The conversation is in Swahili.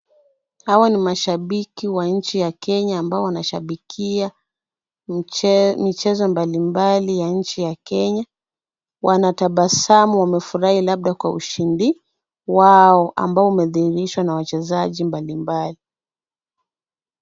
Hawa ni mashabiki wa nchi ya Kenya, ambao wanashabikia michezo mbalimbali ya nchi ya Kenya. Wanatabasamu, wamefurahi labda kwa sababu ya ushindi wao ambao umedhihirishwa na wachezaji mbalimbali.